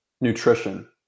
nutrition